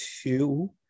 two